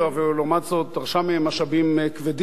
ולעומת זאת דרשה מהם משאבים כבדים,